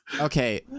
Okay